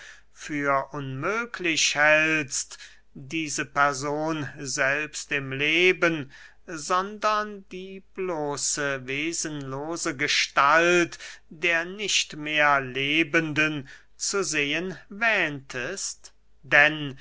für unmöglich hältst diese person selbst im leben sondern die bloße wesenlose gestalt der nicht mehr lebenden zu sehen wähntest denn